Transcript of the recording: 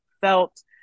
felt